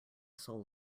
soul